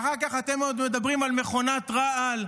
ואחר כך אתם עוד מדברים על מכונת רעל?